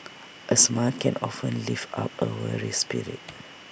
A smile can often lift up A weary spirit